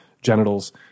genitals